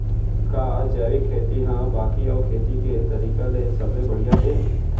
का जैविक खेती हा बाकी अऊ खेती के तरीका ले सबले बढ़िया हे?